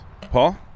Paul